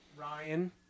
Ryan